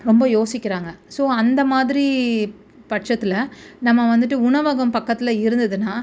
ரொம்ப யோசிக்கிறாங்க ஸோ அந்தமாதிரி பட்சத்தில் நம்ம வந்துவிட்டு உணவகம் பக்கத்தில் இருந்ததுன்னா